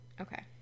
okay